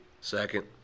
Second